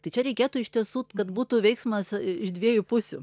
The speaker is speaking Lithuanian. tai čia reikėtų iš tiesų kad būtų veiksmas iš dviejų pusių